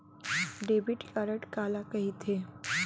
Debit card काला कहिथे?